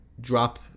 drop